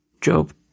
Job